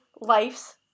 Life's